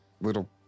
little